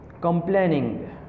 complaining